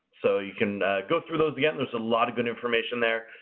so you can go through those again. there's a lot of good information there.